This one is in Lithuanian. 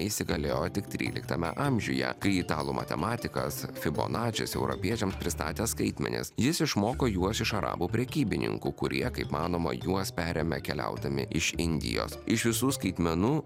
įsigalėjo tik tryliktame amžiuje kai italų matematikas fibonačis europiečiams pristatė skaitmenys jis išmoko juos iš arabų prekybininkų kurie kaip manoma juos perėmė keliaudami iš indijos iš visų skaitmenų